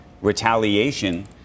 retaliation